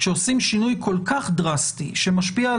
כשעושים שינוי כל כך דרסטי שמשפיע על